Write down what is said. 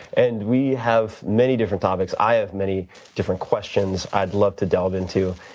and we have many different topics. i have many different questions i'd love to delve into.